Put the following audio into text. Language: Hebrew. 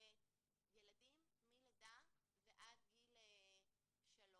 הורים לילדים מגיל לידה עד גיל שלוש.